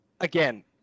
Again